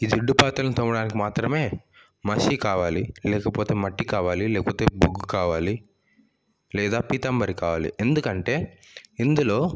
జిడ్డు పాత్రలను తోమడానికి మాత్రమే మసి కావాలి లేకపోతే మట్టి కావాలి లేకపోతే బొగ్గు కావాలి లేదా పీతంబరి కావాలి ఎందుకంటే ఇందులో